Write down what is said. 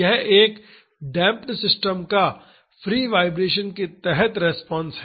यह एक damped system का फ्री वाइब्रेशन के तहत रिस्पांस है